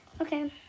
okay